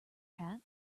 hat